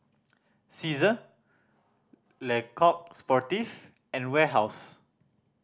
Cesar Le Coq Sportif and Warehouse